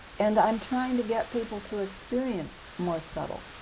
and i'm trying to get people to experience more subtle.